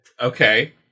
Okay